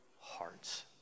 hearts